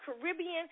Caribbean